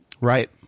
Right